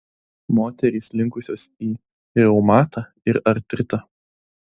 moterys linkusios į reumatą ir artritą